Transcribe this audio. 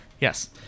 Yes